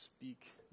speak